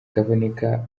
kaboneka